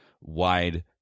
wide